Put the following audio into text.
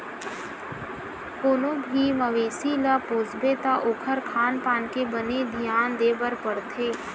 कोनो भी मवेसी ल पोसबे त ओखर खान पान के बने धियान देबर परथे